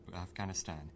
Afghanistan